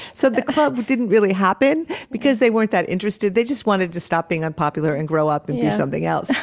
so the club didn't really happen because they weren't that interested. they just wanted to stop being unpopular and grow up and be something else.